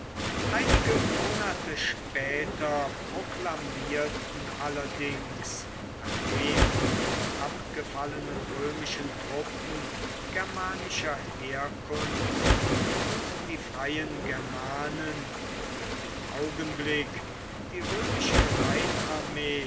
einige monate später proklamierten allerdings nachdem die abgefallenen römischen truppen germanischer herkunft und die freien germanen für den augenblick die